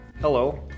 Hello